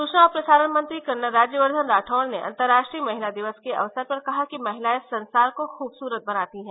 सूचना और प्रसारण मंत्री कर्नल राज्यवर्द्धन राठौड़ ने अंतर्राष्ट्रीय महिला दिवस के अवसर पर कहा कि महिलाए संसार को खूबसूरत बनाती हैं